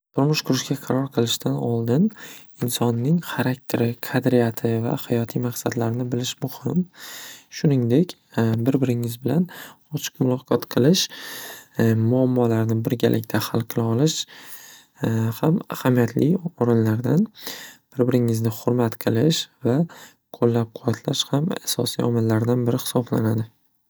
Turmush qurishga qaror qilishdan oldin, insonning harakteri, qadriyati va hayotiy maqsadlarini bilish muhim. Shuningdek bir-biringiz bilan ochiq muloqot qilish, muammolarni birgalikda hal qila olish ham ahamiyatli o'rinlardan. Bir-biringizni xurmat qilish va qo'llab quvvatlash ham asosiy omillardan biri hisoblanadi.